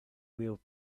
wheeled